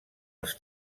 els